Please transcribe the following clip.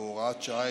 בהוראת שעה,